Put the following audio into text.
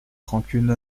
rancune